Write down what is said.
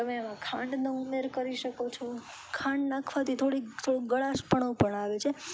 તમે એમાં ખાંડનો ઉમેર કરી શકો છો ખાંડ નાખવાથી થોડીક થોડું ગળાશપણું પણ આવે છે